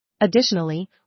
Additionally